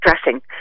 stressing